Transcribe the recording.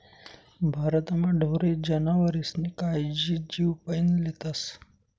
भारतमा ढोरे जनावरेस्नी कायजी जीवपाईन लेतस